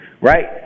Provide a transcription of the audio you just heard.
right